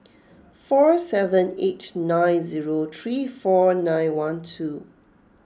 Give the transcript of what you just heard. four seven eight nine zero three four nine one two